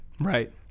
Right